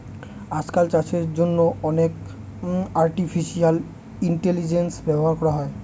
আজকাল চাষের জন্য অনেক আর্টিফিশিয়াল ইন্টেলিজেন্স ব্যবহার করা হয়